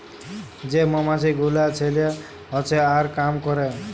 যে মমাছি গুলা ছেলা হচ্যে আর কাম ক্যরে